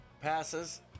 Passes